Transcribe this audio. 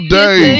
day